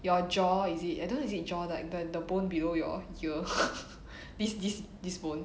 your jaw is it I don't know is it jaw like the the bone below your ear this this this bone